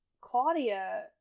Claudia